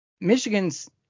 Michigan's –